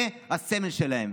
זה הסמל שלהם.